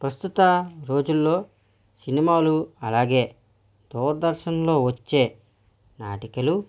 ప్రస్తుత రోజుల్లో సినిమాలు అలాగే దూదర్శన్లో వచ్చే నాటికలు